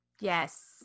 Yes